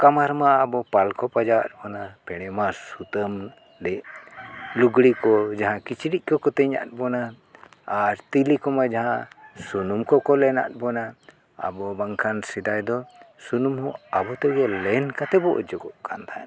ᱠᱟᱢᱟᱨ ᱢᱟ ᱟᱵᱚ ᱯᱟᱞ ᱠᱚ ᱯᱟᱸᱡᱟ ᱟᱫ ᱵᱚᱱᱟ ᱯᱮᱲᱮᱢᱟ ᱥᱩᱛᱟᱹᱢ ᱫᱮᱡ ᱞᱩᱜᱽᱲᱤ ᱠᱚ ᱡᱟᱦᱟᱸ ᱠᱤᱪᱨᱤᱡ ᱠᱚᱠᱚ ᱛᱤᱧᱟᱜ ᱵᱚᱱᱟ ᱟᱨ ᱛᱤᱞᱤ ᱠᱚᱢᱟ ᱡᱟᱦᱟᱸ ᱥᱩᱱᱩᱢ ᱠᱚᱠᱚ ᱞᱮᱱᱟᱫ ᱵᱚᱱᱟ ᱟᱵᱚ ᱵᱟᱝᱠᱷᱟᱱ ᱥᱮᱫᱟᱭ ᱫᱚ ᱥᱩᱱᱩᱢ ᱦᱚᱸ ᱟᱵᱚ ᱛᱮᱜᱮ ᱞᱮᱱ ᱠᱟᱛᱮ ᱵᱚ ᱚᱡᱚᱜᱚᱜ ᱠᱟᱱ ᱛᱟᱦᱮᱸᱫ